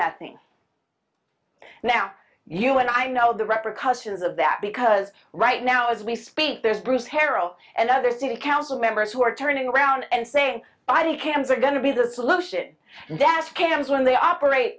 nothing now you and i know the rapper customs of that because right now as we speak there's bruce harrell and other city council members who are turning around and saying id cams are going to be that solution that scams when they operate